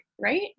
right